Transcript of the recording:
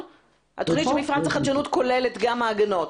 התוכנית של מפרץ החדשנות כוללת גם מעגנות.